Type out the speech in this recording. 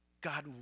God